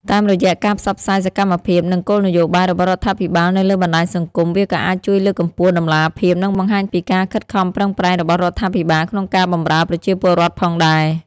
តាមរយៈការផ្សព្វផ្សាយសកម្មភាព និងគោលនយោបាយរបស់រដ្ឋាភិបាលនៅលើបណ្ដាញសង្គម វាក៏អាចជួយលើកកម្ពស់តម្លាភាព និងបង្ហាញពីការខិតខំប្រឹងប្រែងរបស់រដ្ឋាភិបាលក្នុងការបម្រើប្រជាពលរដ្ឋផងដែរ។